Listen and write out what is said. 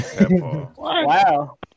Wow